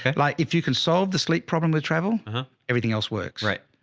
but like if you can solve the sleep problem with travel everything else works. right.